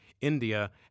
India